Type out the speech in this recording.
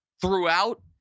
throughout